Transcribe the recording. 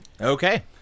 Okay